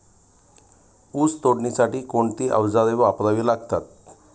ऊस तोडणीसाठी कोणती अवजारे वापरावी लागतात?